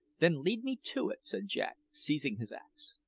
then lead me to it, said jack, seizing his axe.